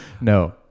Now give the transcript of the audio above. No